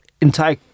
entire